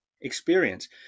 experience